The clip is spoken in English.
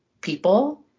people